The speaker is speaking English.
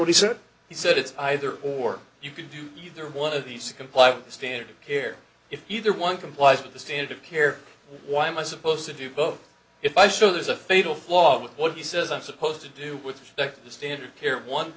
what he said he said it's either or you could do either one of these to comply with the standard of care if either one complies with the standard of care why am i supposed to do both if i so there's a fatal flaw with what he says i'm supposed to do with the standard care one